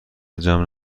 جمع